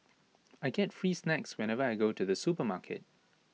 I get free snacks whenever I go to the supermarket